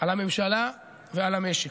על הממשלה ועל המשק.